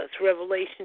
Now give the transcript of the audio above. Revelation